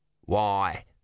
Why